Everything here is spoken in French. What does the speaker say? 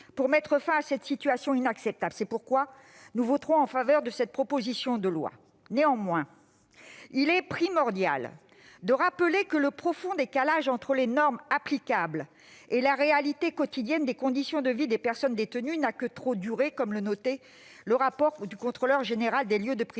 pour mettre fin à cette situation inacceptable. C'est pourquoi nous voterons en faveur de cette proposition de loi. Néanmoins, il est primordial de rappeler que le profond décalage entre les normes applicables et la réalité quotidienne des conditions de vie des personnes détenues n'a que trop duré, comme le notait le Contrôleur général des lieux de privation